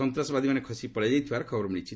ସନ୍ତାସବାଦୀମାନେ ଖସି ପଳାଇ ଯାଇଥିବାର ଖବର ମିଳିଛି